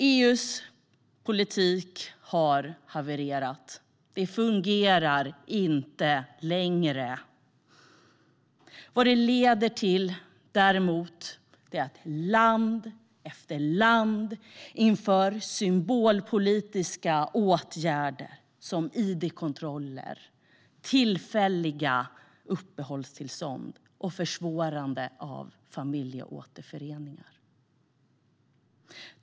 EU:s politik har havererat. Den fungerar inte längre. Den leder däremot till att land efter land inför symbolpolitiska åtgärder som id-kontroller, tillfälliga uppehållstillstånd och försvårande av familjeåterföreningar.